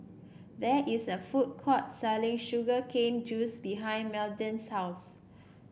there is a food court selling Sugar Cane Juice behind Madden's house